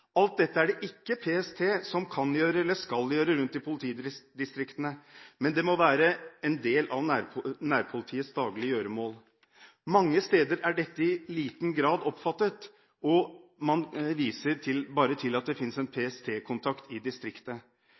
Alt dette er det ikke PST som kan gjøre eller skal gjøre rundt i politidistriktene – det må være en del av nærpolitiets daglige gjøremål. Mange steder er dette i liten grad oppfattet, og man viser bare til at det fins en PST-kontakt i distriktet.